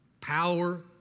power